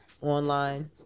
online